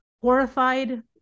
horrified